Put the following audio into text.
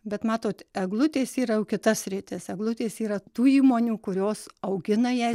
bet matot eglutės yra jau kita sritis eglutės yra tų įmonių kurios augina jas